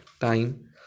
time